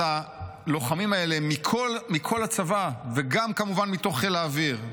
הלוחמים האלה מכל הצבא וגם כמובן מתוך חיל האוויר,